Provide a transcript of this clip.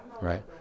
right